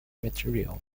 material